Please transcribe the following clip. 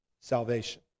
salvation